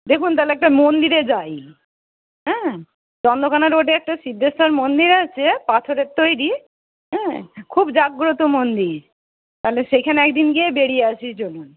দেখুন তাহলে একটা মন্দিরে যাই হ্যাঁ চন্দ্রকোণা রোডে একটা সিদ্ধেশ্বর মন্দির আছে পাথরের তৈরি হ্যাঁ খুব জাগ্রত মন্দির তাহলে সেইখানে একদিন গিয়ে বেড়িয়ে আসি চলুন